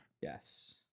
Yes